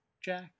Jack